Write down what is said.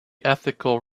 ethical